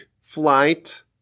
flight